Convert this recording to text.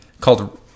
called